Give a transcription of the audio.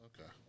Okay